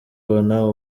ubona